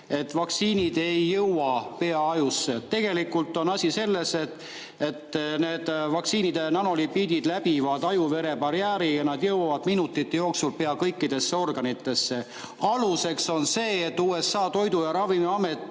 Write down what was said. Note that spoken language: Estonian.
et vaktsiinid ei jõua peaajusse. Tegelikult on asi selles, et nende vaktsiinide nanolipiidid läbivad aju-vere barjääri ja nad jõuavad minutite jooksul pea kõikidesse organitesse. Aluseks on see, et USA toidu‑ ja ravimiamet